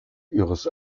ihres